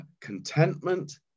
contentment